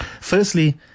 Firstly